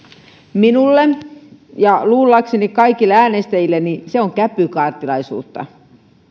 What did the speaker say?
minulle ja luullakseni kaikille äänestäjilleni se on käpykaartilaisuutta